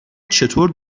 چطور